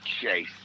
chase